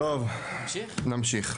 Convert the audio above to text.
טוב, נמשיך.